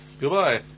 Goodbye